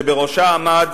שבראשה עמד